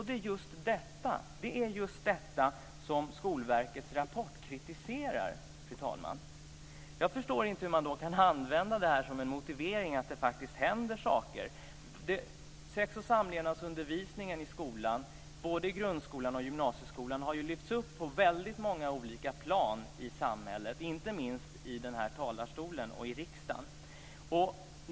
Det är just detta som Skolverkets rapport kritiserar, fru talman. Jag förstår inte hur man kan använda detta som en motivering till att det faktiskt händer saker. Sex och samlevnadsundervisningen i grundskolan och gymnasieskolan har ju lyfts upp på väldigt många olika plan i samhället, inte minst i den här talarstolen och i riksdagen.